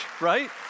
right